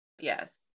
Yes